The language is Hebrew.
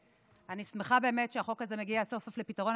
אני שמחה שהחוק הזה מגיע סוף-סוף לפתרון.